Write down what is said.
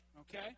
okay